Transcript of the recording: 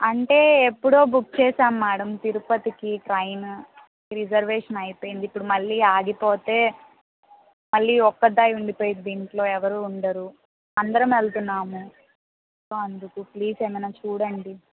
అంటే ఎప్పుడో బుక్ చేసాం మేడం తిరుపతికి ట్రైన్ రిజర్వేషన్ అయిపోయింది ఇప్పుడు మళ్ళీ ఆగిపోతే మళ్ళీ ఒక్కతే ఉండిపోతుంది ఇంట్లో ఎవరూ ఉండరు అందరం వెళ్తున్నాము సో అందుకు ప్లీజ్ ఏమైనా చూడండి